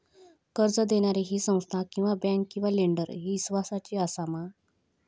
कर्ज दिणारी ही संस्था किवा बँक किवा लेंडर ती इस्वासाची आसा मा?